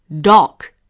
Dock